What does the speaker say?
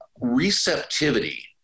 Receptivity